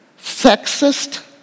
sexist